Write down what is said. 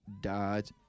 Dodge